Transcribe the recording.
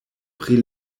pri